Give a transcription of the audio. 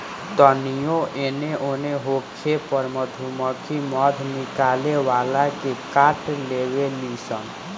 तानियो एने ओन होखे पर मधुमक्खी मध निकाले वाला के काट लेवे ली सन